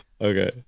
Okay